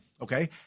Okay